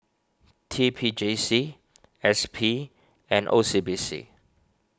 T P J C S P and O C B C